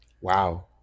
Wow